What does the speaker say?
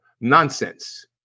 nonsense